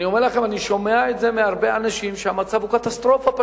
אני אומר לכם שאני שומע מהרבה אנשים שהמצב הוא פשוט קטסטרופה.